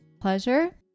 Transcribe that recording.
pleasure